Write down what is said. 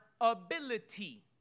ability